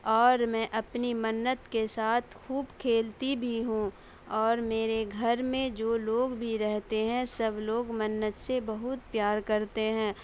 اور میں اپنی منت کے ساتھ خوب کھیلتی بھی ہوں اور میرے گھر میں جو لوگ بھی رہتے ہیں سب لوگ منت سے بہت پیار کرتے ہیں